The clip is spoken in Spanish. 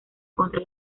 contra